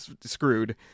screwed